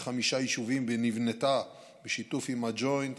בחמישה יישובים ונבנתה בשיתוף עם הג'וינט,